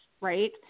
right